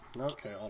Okay